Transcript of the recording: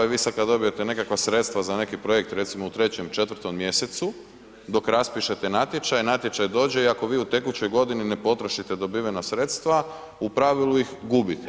I vi sad kada dobijete neka sredstva za neki projekt recimo u 3., 4. mjesecu dok raspišete natječaj, natječaj dođe i ako vi u tekućoj godini ne potrošite dobivena sredstva u pravilu ih gubite.